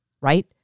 right